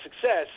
success